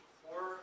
four